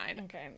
Okay